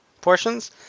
portions